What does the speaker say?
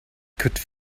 could